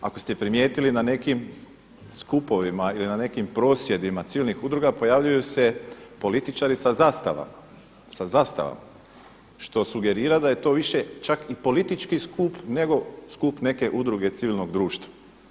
Ako ste primijetili na nekim skupovima ili na nekim prosvjedima civilnih udruga pojavljuju se političari sa zastavama što sugerira da je to više čak i politički skup nego skup neke udruge civilnog društva.